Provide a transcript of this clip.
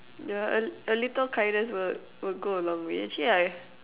yeah a a little kindness would would go a long way actually I